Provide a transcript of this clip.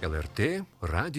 lrt radijo žinios